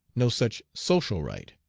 no such social right,